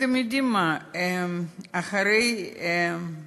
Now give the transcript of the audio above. אתם יודעים מה, אחרי שהוא